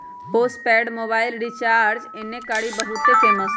postpaid mobile recharge एन्ने कारि बहुते फेमस हई